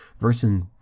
versus